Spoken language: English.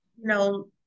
No